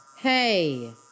Hey